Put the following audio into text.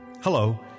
Hello